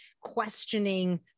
questioning